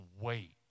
wait